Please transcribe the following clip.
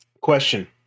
Question